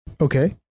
Okay